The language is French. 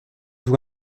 vous